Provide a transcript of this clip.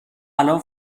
الان